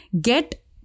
get